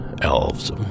Elves